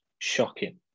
shocking